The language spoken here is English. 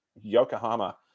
Yokohama